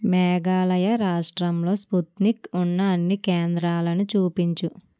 మేఘాలయ రాష్ట్రంలో స్పుత్నిక్ ఉన్న అన్ని కేంద్రాలను చూపించు